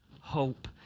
hope